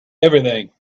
everything